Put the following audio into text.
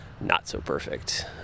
not-so-perfect